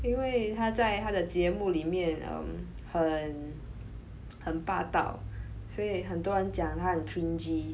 因为他在他的节目里面 um 很很霸道所以很多人讲他很 cringy